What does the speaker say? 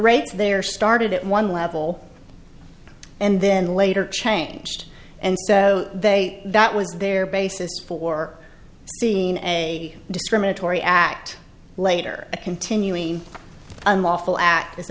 rates there started at one level and then later changed and so they that was their basis for seeing a discriminatory act later a continuing unlawful act